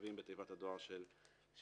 המכתבים בתיבות הדואר של החייבים.